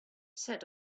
set